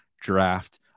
draft